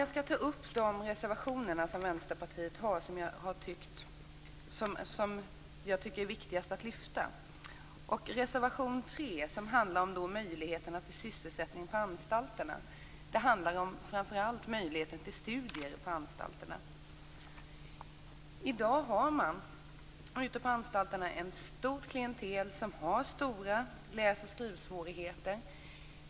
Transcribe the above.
Jag skall ta upp de motioner som vi från Vänsterpartiet har och som jag tycker att det är viktigast att lyfta fram. Reservation 3 handlar om möjligheterna till sysselsättning på anstalterna. Framför allt gäller det möjligheten till studier på anstalterna. I dag finns det ute på anstalterna ett stort klientel som har stora läsoch skrivsvårigheter.